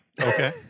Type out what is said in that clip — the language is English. Okay